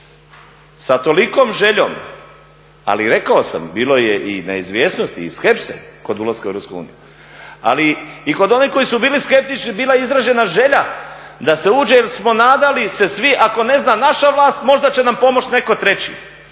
sa tolikom željom, ali rekao sam, bilo je i neizvjesnosti i skepse kod ulaska u EU. Ali i kod onih koji su bili skeptični bila je izražena želja da se uđe jer smo nadali se svi, ako ne zna naša vlast, možda će nam pomoći netko treći.